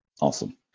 Awesome